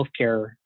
healthcare